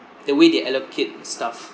the way they allocate stuff